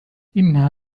إنها